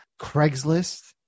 Craigslist